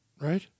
right